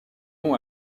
nom